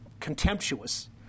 contemptuous